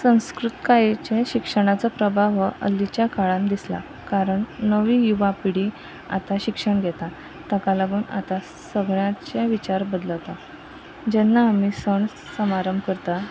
संस्कृतायेचेर शिक्षणाचो प्रभाव हो हालींच्या काळांत दिसला कारण नवी युवा पिळगी आतां शिक्षण घेता ताका लागून आतां सगळ्यांचे विचार बदलता जेन्ना आमी सण समारंभ करता